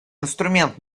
инструмент